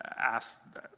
asked